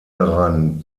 daran